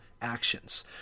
actions